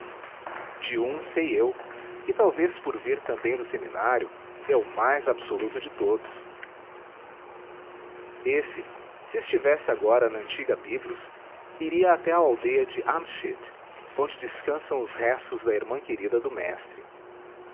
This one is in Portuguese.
de um sei eu que talvez por vir também do seminário é o mais absoluto de todos esse se estivesse agora na antiga biblos iria até à aldeia de amschit onde descansam os restos da irmã querida do mestre